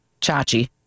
Chachi